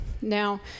Now